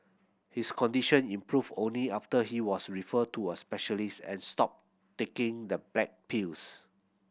his condition improved only after he was referred to a specialist and stopped taking the black pills